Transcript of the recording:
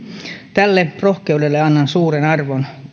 tälle rohkeudelle ja kauaskatseisuudelle annan suuren arvon